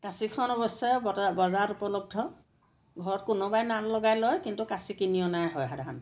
কাঁচিখন অৱশ্যে বজাৰত উপলব্ধ ঘৰত কোনোবাই নাল লগাই লয় কিন্তু কাঁচি কিনি অনাই হয় সাধাৰণতে